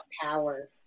power